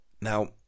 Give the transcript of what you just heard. Now